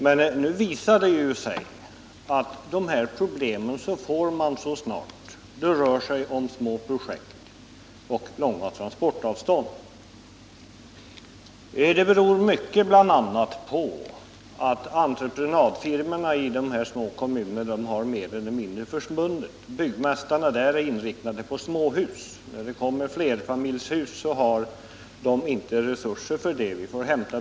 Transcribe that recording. Men nu visar det sig att man får de här problemen så snart det rör sig om små projekt och långa transportavstånd. Detta beror bl.a. mycket på att entreprenadfirmorna i de små kommunerna mer eller mindre har försvunnit. Byggmästarna är inriktade på småhus. När det blir fråga om flerfamiljshus har de inte tillräckliga resurser.